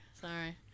Sorry